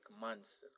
months